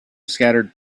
scattered